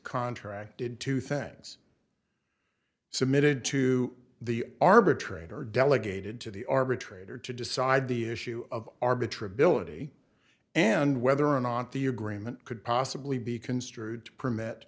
contracted two things submitted to the arbitrator delegated to the arbitrator to decide the issue of arbitrary military and whether or not the agreement could possibly be construed to permit